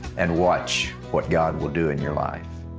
and watch what god will do in your life.